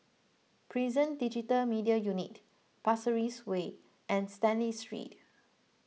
Prison Digital Media Unit Pasir Ris Way and Stanley Street